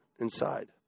inside